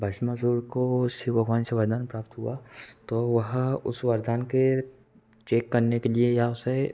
भस्मासुर को शिव भगवान से वरदान प्राप्त हुआ तो वह उस वरदान के चेक करने के लिए या उसे